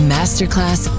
Masterclass